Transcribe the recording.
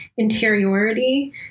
interiority